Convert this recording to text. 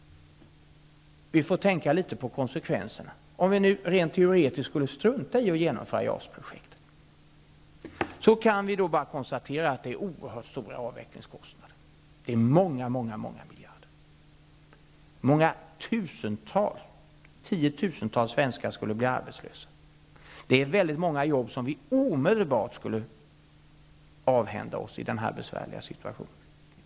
Vi får tänka litet på konsekvenserna. Om vi rent teoretiskt skulle strunta i att genomföra JAS projektet kan vi konstatera att det skulle medföra oerhörda avvecklingskostnader. Det är fråga om många miljarder. Tiotusentals svenskar skulle bli arbetslösa. Vi skulle omedelbart avhända oss många arbetstillfällen i denna besvärliga situation.